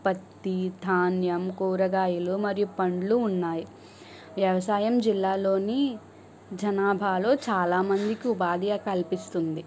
పత్తి ధాన్యం కూరగాయలు మరియు పండ్లు ఉన్నాయి వ్యవసాయం జిల్లాలోని జనాభాలో చాలామందికి ఉపాధిని కల్పిస్తుంది